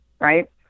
right